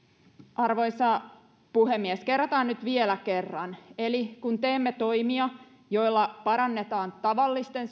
arvoisa puhemies kerrataan nyt vielä kerran eli kun teemme toimia joilla parannetaan tavallisten